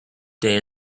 day